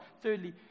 Thirdly